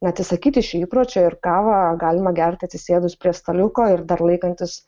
atsisakyti šio įpročio ir kavą galima gerti atsisėdus prie staliuko ir dar laikantis